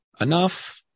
enough